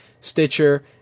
Stitcher